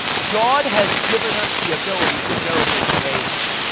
god has given us the ability to know his ways.